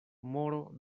moro